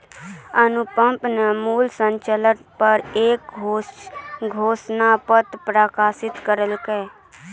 अनुपम न मूल्य संचय पर एक शोध पत्र प्रकाशित करलकय